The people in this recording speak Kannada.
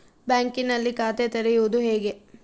ಬ್ಯಾಂಕಿನಲ್ಲಿ ಖಾತೆ ತೆರೆಯುವುದು ಹೇಗೆ?